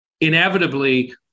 inevitably